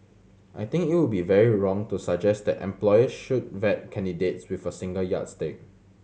I think it would be very wrong to suggest that employers should vet candidates with a single yardstick